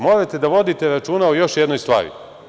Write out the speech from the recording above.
Morate da vodite računa o još jednoj stvari.